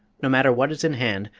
no matter what is in hand,